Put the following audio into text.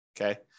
okay